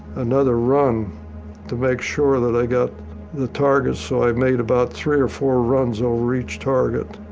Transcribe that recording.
another run to make sure that i got the target. so i made about three or four runs over each target.